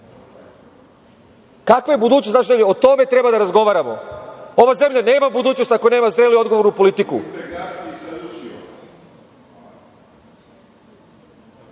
Kakva je budućnost, o tome treba da razgovaramo. Ova zemlja nema budućnost ako nema zrelu i odgovornu politiku. Jeste,